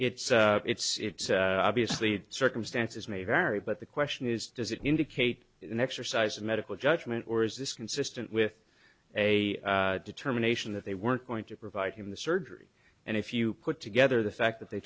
it's it's obviously circumstances may vary but the question is does it indicate an exercise of medical judgment or is this consistent with a determination that they weren't going to provide him the surgery and if you put together the fact that they